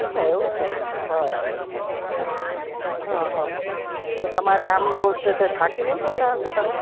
અચ્છા એવું છે બરાબર છે અહં હ તો તમારે આમ રોજ જતાં થાકી નઇ જતાં હશો તમે